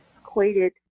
equated